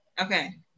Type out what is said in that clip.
Okay